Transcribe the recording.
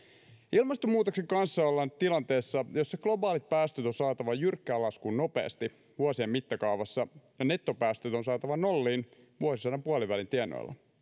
ilmastonmuutoksen kanssa ollaan tilanteessa jossa globaalit päästöt on saatava jyrkkään laskuun nopeasti vuosien mittakaavassa ja nettopäästöt on saatava nolliin vuosisadan puolivälin tienoilla